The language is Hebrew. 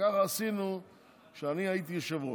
ככה עשינו כשאני הייתי יושב-ראש.